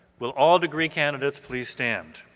will all degree candidates please stand?